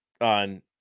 on